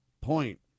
point